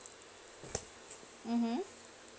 mmhmm